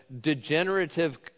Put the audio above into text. degenerative